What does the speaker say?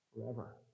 forever